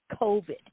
COVID